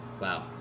Wow